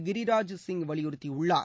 கிரிராஜ் சிங் வலியுறுத்தியுள்ளார்